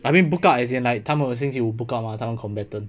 I mean book out as in like 他们星期五 book out mah 他们 combatant